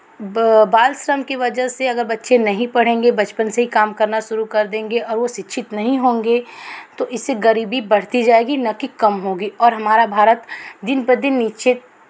बाल श्रम की वजह से अगर बच्चे नहीं पढ़ेंगे बचपन से ही काम करना शुरू कर देंगे और वो शिक्षित नहीं होंगे तो इससे गरीबी बढ़ती जाएगी नाकि कम होगी और हमारा भारत दिन ब दिन नीचे